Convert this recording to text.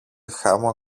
χάμω